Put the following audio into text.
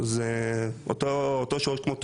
שזה אותו שורש כמו תועבה.